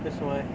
为什么 leh